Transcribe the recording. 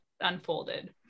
unfolded